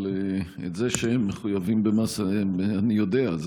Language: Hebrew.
אבל את זה שהם מחויבים במס אני יודע,